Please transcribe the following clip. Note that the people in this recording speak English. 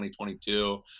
2022